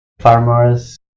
farmers